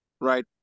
right